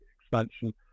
expansion